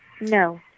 No